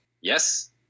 Yes